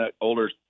older